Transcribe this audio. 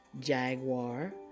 Jaguar